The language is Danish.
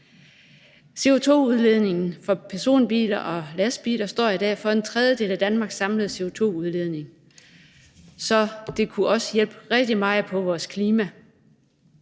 CO2-udledningen fra personbiler og lastbiler står i dag for en tredjedel af Danmarks samlede CO2-udledning, så det kunne også hjælpe rigtig meget på vores klima.